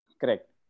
Correct